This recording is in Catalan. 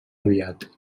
aviat